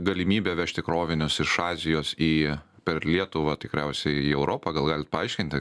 galimybę vežti krovinius iš azijos į per lietuvą tikriausiai į europą gal galit paaiškinti